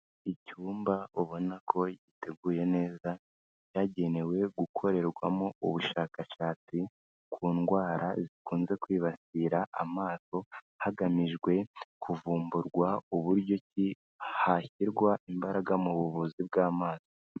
Icyumba ubona ko giteguye neza, cyagenewe gukorerwamo ubushakashatsi ku ndwara zikunze kwibasira amaso, hagamijwe kuvumburwa uburyo ki hashyirwa imbaraga mu buvuzi bw'amazi.